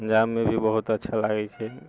पंजाबमे भी बहुत अच्छा लागैत छै